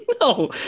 No